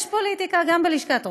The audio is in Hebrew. יש פוליטיקה גם בלשכת עורכי-הדין.